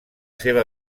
seva